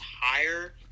higher